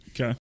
Okay